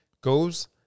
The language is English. Goes